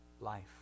life